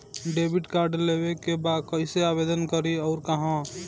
Debit card लेवे के बा कइसे आवेदन करी अउर कहाँ?